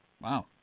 Wow